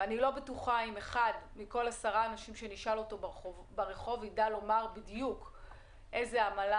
ואני לא בטוחה אם אחד מתוך עשרה אנשים שנשאל ברחוב יודע לומר איזו עמלה